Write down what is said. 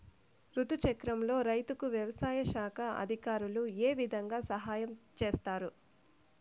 రుతు చక్రంలో రైతుకు వ్యవసాయ శాఖ అధికారులు ఏ విధంగా సహాయం చేస్తారు?